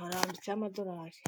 harambitseho amadorari.